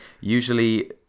Usually